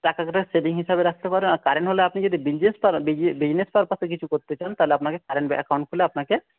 টাকাটা সেভিং হিসাবে রাখতে পারেন আর কারেন্ট হলে আপনি যদি বিজনেস করেন বিজনেস পারপাসে কিছু করতে চান তাহলে আপনাকে কারেন্ট অ্যাকাউন্ট খুলে আপনাকে